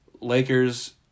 Lakers